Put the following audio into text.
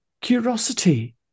curiosity